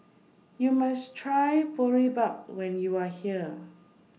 YOU must Try Boribap when YOU Are here